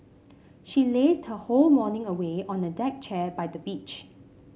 she lazed her whole morning away on a deck chair by the beach